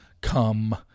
come